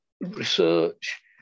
research